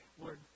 Lord